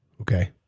Okay